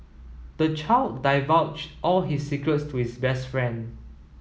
the child divulged all his secrets to his best friend